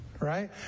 right